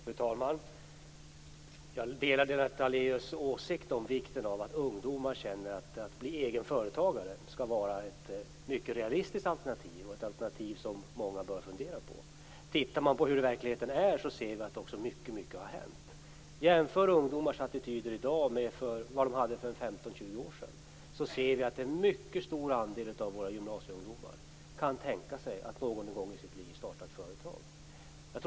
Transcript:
Fru talman! Jag delar Lennart Daléus åsikt om vikten av att ungdomar känner att det skall vara ett mycket realistiskt alternativ att de kan bli egna företagare och ett alternativ som många kan fundera på. I verkligheten har det hänt mycket. Jämför ungdomars attityder i dag med hur de var för 15-20 år sedan! En mycket stor andel av gymnasieungdomarna kan tänka sig att någon gång i sitt liv starta ett företag.